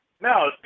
No